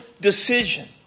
decision